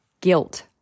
guilt